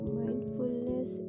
mindfulness